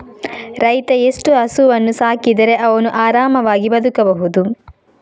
ರೈತ ಎಷ್ಟು ಹಸುವನ್ನು ಸಾಕಿದರೆ ಅವನು ಆರಾಮವಾಗಿ ಬದುಕಬಹುದು?